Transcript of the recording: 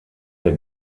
der